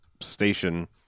station